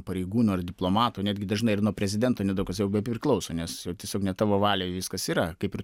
pareigūno ar diplomato netgi dažnai ir nuo prezidento nedaug kas jau bepriklauso nes jau tiesiog ne tavo valioj viskas yra kaip ir